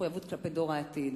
מחויבות כלפי דור העתיד,